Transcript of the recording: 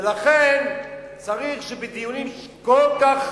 ולכן צריך, בדיונים כל כך